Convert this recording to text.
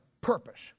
purpose